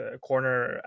corner